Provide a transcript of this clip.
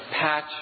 patch